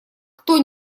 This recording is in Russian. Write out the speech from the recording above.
кто